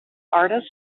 artist